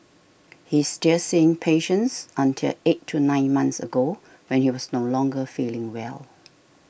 he still seeing patients until eight to nine months ago when he was no longer feeling well